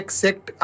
sect